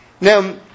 Now